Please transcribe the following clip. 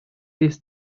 his